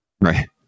Right